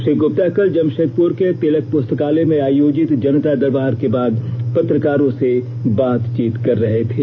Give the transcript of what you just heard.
श्री गुप्ता कल जमशेदपुर के तिलक पुस्तकालय में आयोजित जनता दरबार के बाद पत्रकारों से बातचीत कर रहे थे